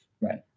Right